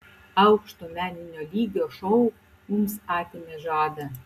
aukšto meninio lygio šou mums atėmė žadą